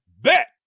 bet